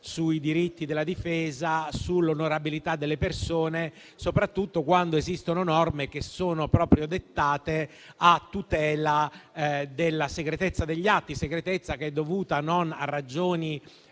sui diritti della difesa e sull'onorabilità delle persone, soprattutto quando esistono norme che sono proprio dettate a tutela della segretezza degli atti. Tale segretezza non è dovuta a ragioni